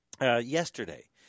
yesterday